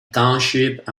township